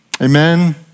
Amen